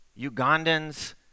Ugandans